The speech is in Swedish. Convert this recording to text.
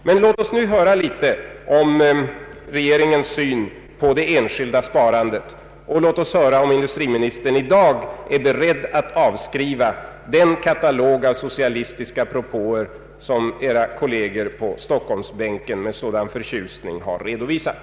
Men låt oss få höra litet om regeringens syn på det enskilda sparandet! Och låt oss få veta om industriministern i dag är beredd att avskriva den katalog av socialistiska propåer som era kolleger på Stockholmsbänken med sådan förtjusning har redovisat.